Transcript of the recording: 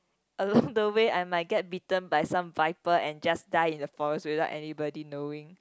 along the way I might get bitten by some viper and just die in the forest without anybody knowing